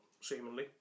seemingly